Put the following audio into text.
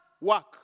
work